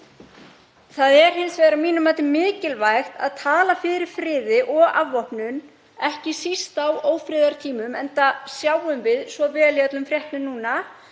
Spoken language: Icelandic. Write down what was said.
Það er hins vegar að mínu mati mikilvægt að tala fyrir friði og afvopnun, ekki síst á ófriðartímum, enda sjáum við svo vel í öllum fréttum núna